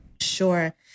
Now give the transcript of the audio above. Sure